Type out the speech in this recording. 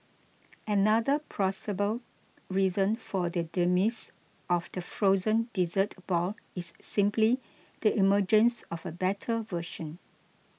another plausible reason for the demise of the frozen dessert ball is simply the emergence of a better version